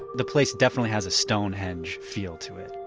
the place definitely has a stonehenge feel to it